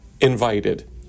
invited